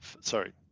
sorry